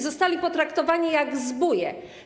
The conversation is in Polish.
Zostali potraktowani jak zbóje.